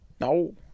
No